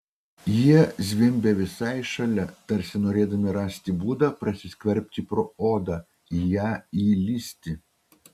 jie zvimbė visai šalia tarsi norėdami rasti būdą prasiskverbti pro odą į ją įlįsti